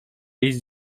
iść